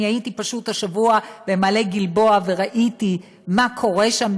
אני הייתי השבוע במעלה גלבוע וראיתי מה קורה שם,